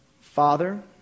father